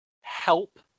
help